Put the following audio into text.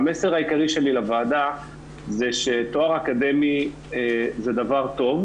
המסר העיקרי שלי לוועדה זה שתואר אקדמי זה דבר טוב,